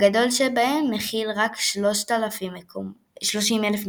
הגדול שבהם מכיל רק 30,000 מקומות,